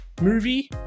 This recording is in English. movie